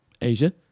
Asia